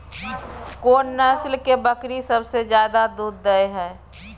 कोन नस्ल के बकरी सबसे ज्यादा दूध दय हय?